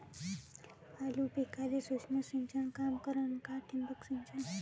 आलू पिकाले सूक्ष्म सिंचन काम करन का ठिबक सिंचन?